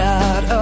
God